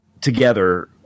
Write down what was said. together